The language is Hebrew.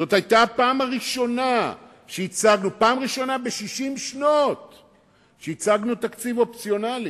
זאת היתה הפעם הראשונה ב-60 שנה שהצבנו תקציב אופציונלי.